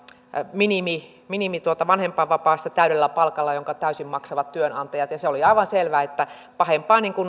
minimivanhempainvapaasta täydellä palkalla jonka täysin maksavat työnantajat se oli aivan selvää että pahempaa